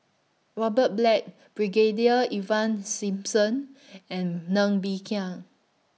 Robert Black Brigadier Ivan Simson and Ng Bee Kia